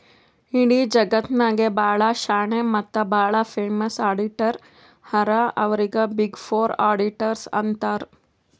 ಇಡೀ ಜಗತ್ನಾಗೆ ಭಾಳ ಶಾಣೆ ಮತ್ತ ಭಾಳ ಫೇಮಸ್ ಅಡಿಟರ್ ಹರಾ ಅವ್ರಿಗ ಬಿಗ್ ಫೋರ್ ಅಡಿಟರ್ಸ್ ಅಂತಾರ್